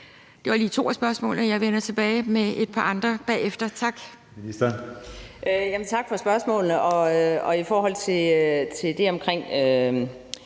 Det var lige to af spørgsmålene. Jeg vender tilbage med et par andre bagefter. Tak.